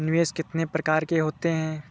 निवेश कितने प्रकार के होते हैं?